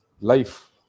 life